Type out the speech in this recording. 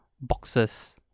boxes